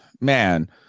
man